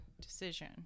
decision